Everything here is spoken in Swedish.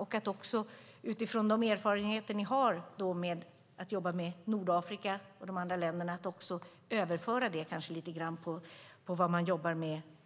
Överför lite av de erfarenheter ni har av att jobba med Nordafrika ocn de andra länderna